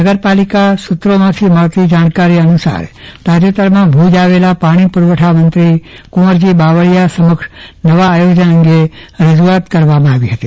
નગરપાલિકામાંથી મળતી જાણકારી અનુસાર તાજેતરમાં ભુજ આવેલા પાણી પુરવઠા મંત્રી કુંવરજી બાવળીયા સમક્ષ નવા આયોજન અંગે રજૂઆત કરવામાં આવી હતી